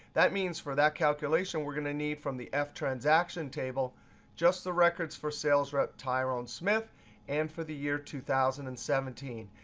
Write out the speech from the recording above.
that means for that calculation, we're going to need from the ftransaction table just the records for sales rep tyrone smithe and for the year two thousand and seventeen.